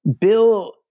bill